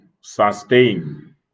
sustain